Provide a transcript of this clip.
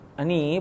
ani